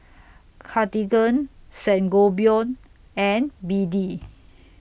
Cartigain Sangobion and B D